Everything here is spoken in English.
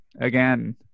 again